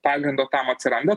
pagrindo tam atsiranda